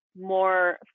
more